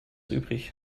übrig